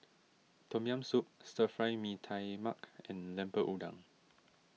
Tom Yam Soup Stir Fry Mee Tai Mak and Lemper Udang